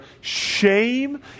shame